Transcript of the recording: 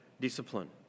discipline